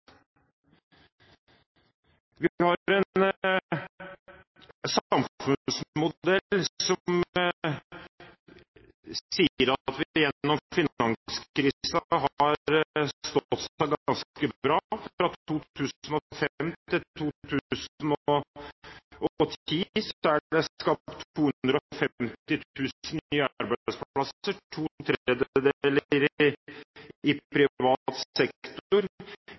Vi har en samfunnsmodell som gjennom finanskrisen har stått seg ganske bra. Fra 2005 til 2010 er det skapt 250 000 nye arbeidsplasser – to tredjedeler i privat sektor.